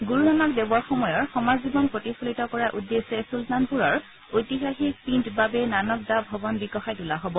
গুৰুনানক দেৱৰ সময়ৰ সমাজ জীৱন প্ৰতিফলিত কৰাৰ উদ্দেশ্যে চুলতানপুৰৰ ঐতিহাসিক পিণ্ডবাবে নানক দা ভৱন বিকশাই তোলা হ'ব